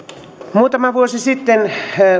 muutama vuosi sitten